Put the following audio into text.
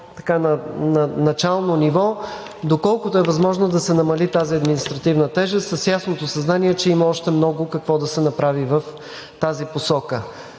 на начално ниво, доколкото е възможно, да се намали тази административна тежест с ясното съзнание, че има още много какво да се направи в тази посока.